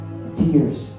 tears